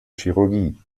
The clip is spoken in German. chirurgie